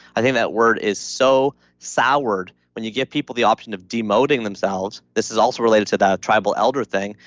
i think that word is so soured when you get people the option of demoting themselves, this is also related to that a tribal elder thing.